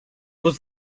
was